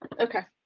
okay,